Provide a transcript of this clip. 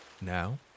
Now